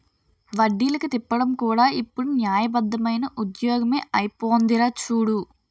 వడ్డీలకి తిప్పడం కూడా ఇప్పుడు న్యాయబద్దమైన ఉద్యోగమే అయిపోందిరా చూడు